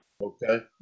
Okay